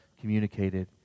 communicated